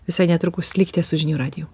visai netrukus likite su žinių radiju